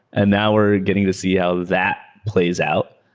and now we're getting to see how that plays out.